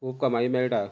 खूब कमाई मेळटा